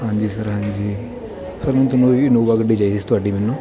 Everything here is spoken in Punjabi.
ਹਾਂਜੀ ਸਰ ਹਾਂਜੀ ਸਰ ਮੈਨੂੰ ਇਨੋਵਾ ਗੱਡੀ ਚਾਹੀਦੀ ਸੀ ਤੁਹਾਡੀ ਮੈਨੂੰ